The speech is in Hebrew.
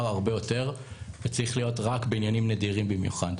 הרבה יותר וצריך להיות רק בעניינים נדירים במיוחד.